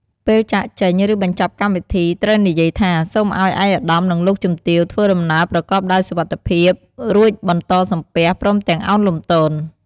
ពេលចាកចេញ ឬបញ្ចប់កម្មវិធីត្រូវនិយាយថា សូមឱ្យឯកឧត្តម និង លោកជំទាវ ធ្វើដំណើរប្រកបដោយសុវត្ថិភាព រួចបន្តសំពះ ព្រមទាំងឱនលំទោន។